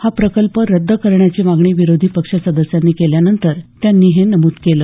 हा प्रकल्प रद्द करण्याची मागणी विरोधी पक्ष सदस्यांनी केल्यानंतर त्यांनी हे नमुद केलं